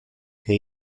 que